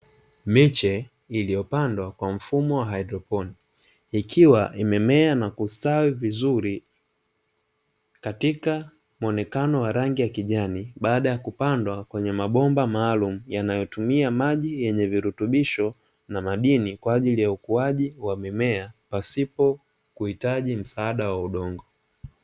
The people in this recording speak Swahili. Miche iliyopandwa kwa mfumo wa haidroponi ikiwa imemea na kustawi vizuri katika muonekano wa rangi ya kijani, baada ya kupandwa kwenye mabomba maalumu yanayotumia maji yenye virutubisho na madini, kwa ajili ya ukuaji wa mimea pasipo kuhitaji msaada wa udongo.